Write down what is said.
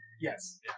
Yes